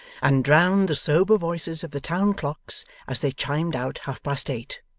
and drowned the sober voices of the town-clocks as they chimed out half-past eight.